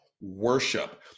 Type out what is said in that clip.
Worship